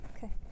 Okay